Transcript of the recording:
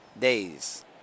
days